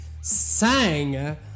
sang